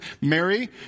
Mary